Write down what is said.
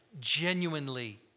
genuinely